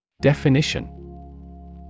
Definition